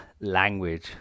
language